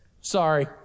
Sorry